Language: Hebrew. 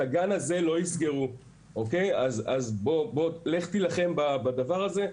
את הגן הזה לא יסגרו ולכן לך תילחם דבר הזה.